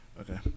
Okay